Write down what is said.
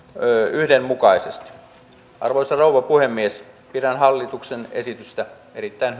yhdenmukaisesti arvoisa rouva puhemies pidän hallituksen esitystä erittäin